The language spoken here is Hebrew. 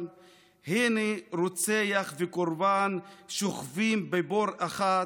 / הינה רוצח וקורבן שוכבים בבור אחד.